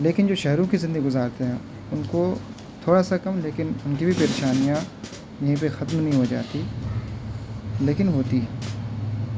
لیکن جو شہروں کی زندگی گزارتے ہیں ان کو تھوڑا سا کم لیکن ان کی بھی پریشانیاں یہیں پہ ختم نہیں ہو جاتی لیکن ہوتی ہے